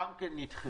גם כן נדחתה.